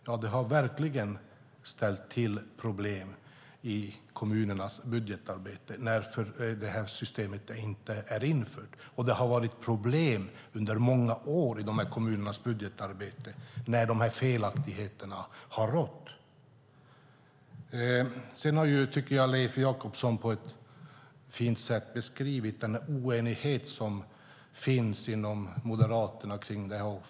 Ja, det har verkligen ställt till problem i kommunernas budgetarbete när det inte har införts. Det har varit problem under många år i kommunernas budgetarbete när dessa felaktigheter har funnits. Leif Jakobsson har på ett fint sätt beskrivit den oenighet som finns inom Moderaterna kring det här.